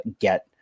get